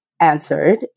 answered